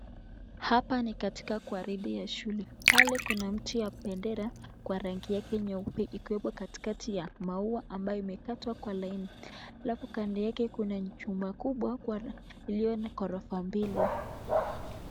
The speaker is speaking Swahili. Hapa ni katika gwaride ya shule, palekuna mti ya bendera kwa rangi yake nyeupe ikiwa imewekwa katikati ya maua ambayo imekatwa kwa laini alafu kando yake kuna jumba kubwa iliyo na ghorofa mbili.